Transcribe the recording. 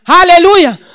Hallelujah